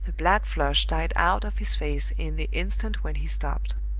the black flush died out of his face in the instant when he stopped.